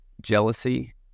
jealousy